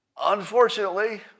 Unfortunately